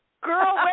girl